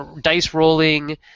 dice-rolling